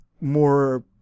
more